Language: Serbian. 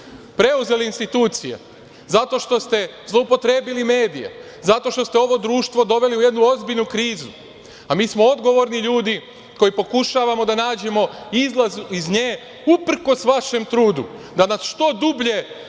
preuzeli institucije, zato što ste zloupotrebili medije, zato što ste ovo društvo doveli u jednu ozbiljnu krizu, a mi smo odgovorni ljudi koji pokušavamo da nađemo izlaz iz nje uprkos vašem trudu da nas što dublje